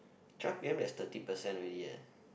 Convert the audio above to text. twelve P_M has thirty percent already eh